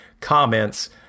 comments